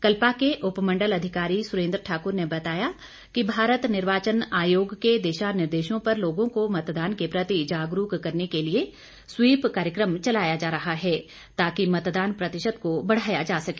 कल्पा के उपमंडल अधिकारी सुरेंद्र ठाक्र ने बताया कि भारत निर्वाचन आयोग के दिशा निर्देशों पर लोगों को मतदान के प्रति जागरूक करने के लिए स्वीप कार्यक्रम चलाया जा रहा है ताकि मतदान प्रतिशत को बढ़ाया जा सके